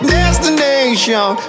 Destination